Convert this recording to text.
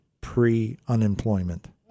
pre-unemployment